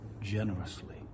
generously